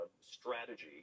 strategy